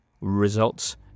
results